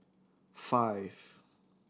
five